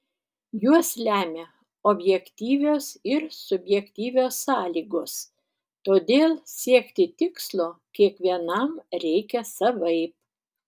juos lemia objektyvios ir subjektyvios sąlygos todėl siekti tikslo kiekvienam reikia savaip